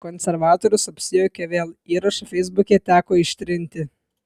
konservatorius apsijuokė vėl įrašą feisbuke teko ištrinti